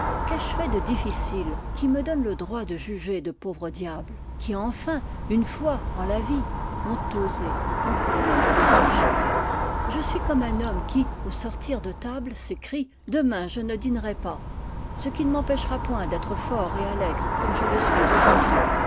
qu'ai-je fait de difficile qui me donne le droit de juger de pauvres diables qui enfin une fois en la vie ont osé ont commencé à agir je suis comme un homme qui au sortir de table s'écrie demain je ne dînerai pas ce qui ne m'empêchera point d'être fort et allègre comme je le suis aujourd'hui